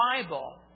Bible